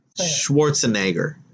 Schwarzenegger